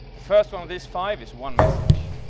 the first one of these five is one message.